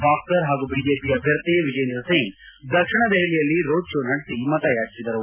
ಬಾಕ್ಲರ್ ಹಾಗೂ ಬಿಜೆಪಿ ಅಭ್ಯರ್ಥಿ ವಿಜೇಂದ್ರ ಸಿಂಗ್ ದಕ್ಷಿಣ ದೆಹಲಿಯಲ್ಲಿ ರೋಡ್ ಷೋ ನಡೆಸಿ ಮತಯಾಚಿಸಿದರು